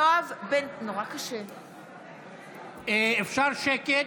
יואב, אפשר שקט?